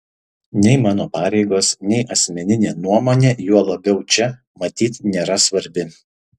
nei mano pareigos nei asmeninė nuomonė juo labiau čia matyt nėra svarbi